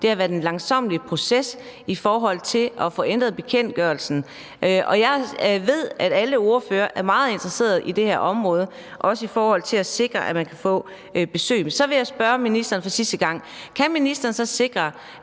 det har været en langsommelig proces i forhold til at få ændret bekendtgørelsen. Jeg ved, at alle ordførerne er meget interesseret i det her område, også i forhold til at sikre, at man kan få besøg. Men så vil jeg spørge ministeren for sidste gang: Kan ministeren så sikre,